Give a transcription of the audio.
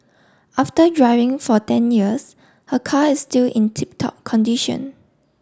after driving for ten years her car is still in tip top condition